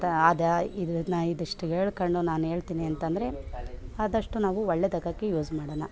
ಅದು ಇದನ್ನ ಇದಿಷ್ಟು ಹೇಳ್ಕೊಂಡು ನಾನು ಹೇಳ್ತೀನಿ ಅಂತ ಅಂದ್ರೆ ಆದಷ್ಟು ನಾವು ಒಳ್ಳೆದಾಗೋಕೆ ಯೂಸ್ ಮಾಡೋಣ